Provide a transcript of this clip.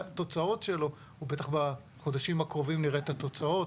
בטח בחודשים הקרובים נראה את התוצאות